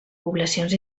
poblacions